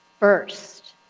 first.